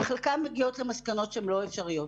וחלקן מגיעות למסקנות לא אפשריות.